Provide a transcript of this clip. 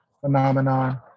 phenomenon